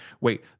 wait